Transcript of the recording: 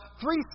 three